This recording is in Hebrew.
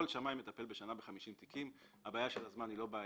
כל שמאי מטפל בשנה ב-50 תיקים והבעיה של הזמן היא לא בעיה.